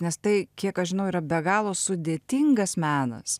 nes tai kiek aš žinau yra be galo sudėtingas menas